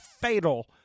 fatal